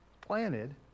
planted